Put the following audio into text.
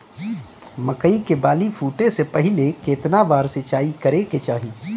मकई के बाली फूटे से पहिले केतना बार सिंचाई करे के चाही?